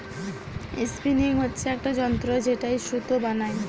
spinning হচ্ছে একটা যন্ত্র যেটায় সুতো বানাই